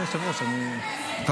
היא לא הייתה כאן, תפסיקו.